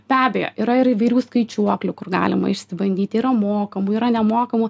be abejo yra ir įvairių skaičiuoklių kur galima išsibandyti yra mokamų yra nemokamų